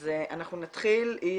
אז אנחנו נתחיל עם